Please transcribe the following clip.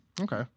okay